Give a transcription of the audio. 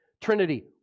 Trinity